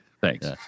Thanks